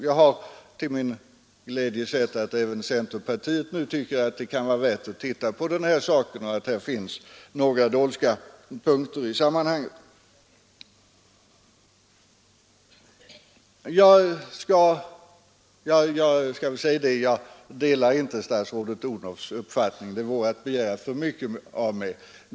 Jag har till min glädje sett att även centerpartiet nu tycker att det kan vara värt att undersöka den här saken eftersom det finns några dunkla punkter i sammanhanget. Jag delar inte statsrådet Odhnoffs felaktiga uppfattning — det vore att begära för mycket av mig.